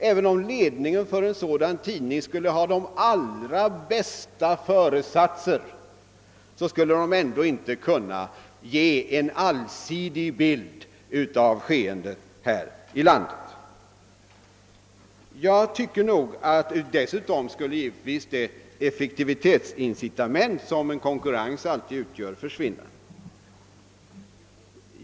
även om ledningen för en sådan tidning skulle ha de allra bästa föresatser, skulle den ändå inte kunna ge en allsidig bild av skeendet i landet. Dessutom skulle givetvis det effektivitetsincitament, som en konkurrens alltid utgör, försvinna.